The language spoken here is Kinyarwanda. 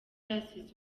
asize